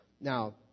Now